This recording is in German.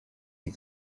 die